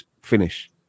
finish